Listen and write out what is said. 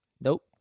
Nope